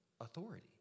authority